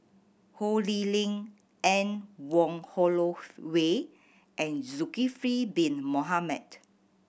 Ho Lee Ling Anne Wong Holloway and Zulkifli Bin Mohamed